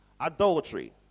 adultery